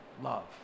love